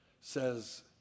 says